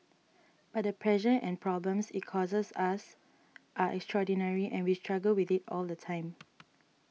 but the pressure and problems it causes us are extraordinary and we struggle with it all the time